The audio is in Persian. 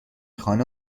خانه